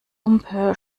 humpe